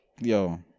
yo